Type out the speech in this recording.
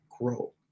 grow